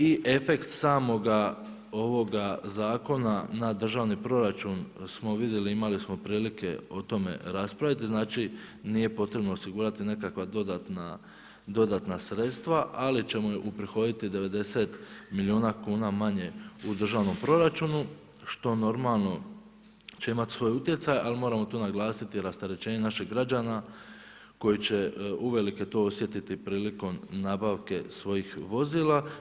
I efekt samoga ovoga zakona, na državni proračun, smo vidjeli imali smo prilike o tome raspraviti, znači nije potrebno osigurati nekakva dodatna sredstva, ali ćemo uprihoditi 90 milijuna kuna manje u državnom proračunu, što normalno će imati svog utjecaja, ali moram tu naglasiti rasterećenje naših građana koji će uvelike to osjetiti prilikom nabavke svojih vozila.